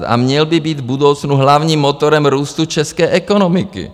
A měl by být v budoucnu hlavním motorem růstu české ekonomiky.